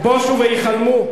בושו והיכלמו.